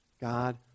God